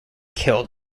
killed